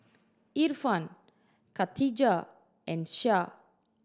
Irfan Khadija and Syah